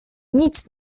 nic